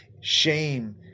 shame